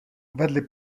vedli